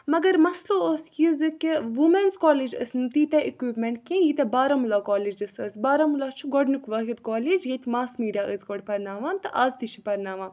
مَگر مَسلہٕ اوس یہِ زِ وُمٮ۪نٕز کالیج ٲسۍ نہٕ تیٖتیٛاہ اِکوِپمینٹ کیٚنٛہہ ییٖتیٛاہ بارہمولہ کالیجَس ٲسۍ بارہمولہ چھُ گۄڈنیُک وٲحِد کالیج ییٚتہِ ماس میٖڈیا ٲسۍ گۄڈٕ پَرناوان تہٕ آز تہِ چھِ پَرناوان